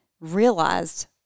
realized